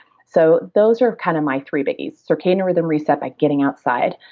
so those are kind of my three biggies, circadian rhythm reset by getting outside,